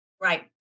right